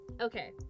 Okay